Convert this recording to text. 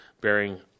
bearing